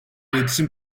iletişim